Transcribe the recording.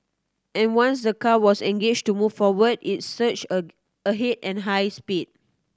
and once the car was engaged to move forward it surged a ahead at high speed